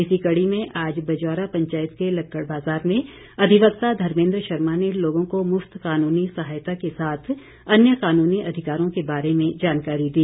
इसी कड़ी में आज बजौरा पंचायत के लक्कड़ बाज़ार में अधिवक्ता धमेंद्र शर्मा ने लोगों को मुफ्त कानूनी सहायता के साथ अन्य कानूनी अधिकारों के बारे में जानकारी दी